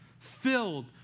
filled